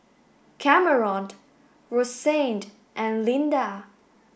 Cameron Rosanne and Linda